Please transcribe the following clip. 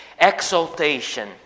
exaltation